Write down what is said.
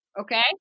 Okay